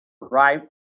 right